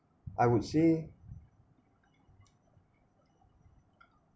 I would say